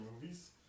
movies